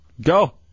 Go